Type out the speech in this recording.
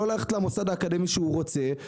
לא ללכת למוסד האקדמי שהוא רוצה.